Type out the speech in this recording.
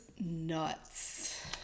nuts